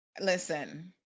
listen